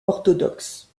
orthodoxes